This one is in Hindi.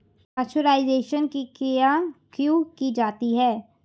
पाश्चुराइजेशन की क्रिया क्यों की जाती है?